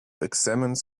examines